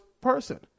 person